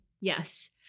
Yes